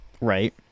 Right